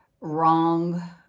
wrong